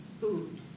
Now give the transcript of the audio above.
food